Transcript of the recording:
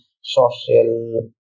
social